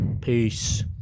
Peace